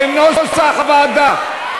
כנוסח הוועדה,